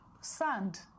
sand